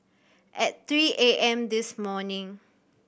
at three A M this morning